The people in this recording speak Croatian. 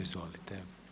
Izvolite.